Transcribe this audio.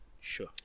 Sure